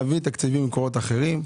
להביא תקציבים ממקומות אחרים.